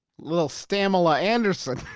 li'l stamela anderson.